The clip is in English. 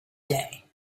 day